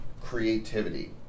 creativity